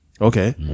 Okay